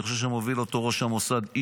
אני חושב שמוביל אותו איש מדהים,